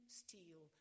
steel